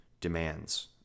demands